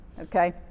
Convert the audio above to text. Okay